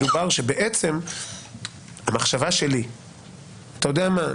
אתה יודע מה?